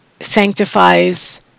sanctifies